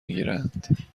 گیرند